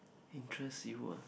interest you ah